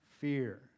fear